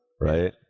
right